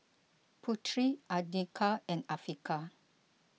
Putri andika and Afiqah